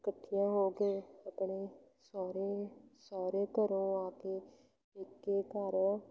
ਇਕੱਠੀਆਂ ਹੋ ਕੇ ਆਪਣੇ ਸਹੁਰੇ ਸਹੁਰੇ ਘਰੋਂ ਆ ਕੇ ਪੇਕੇ ਘਰ